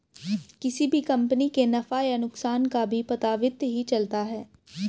किसी भी कम्पनी के नफ़ा या नुकसान का भी पता वित्त ही चलता है